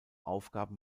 aufgaben